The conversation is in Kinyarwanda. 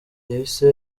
yahise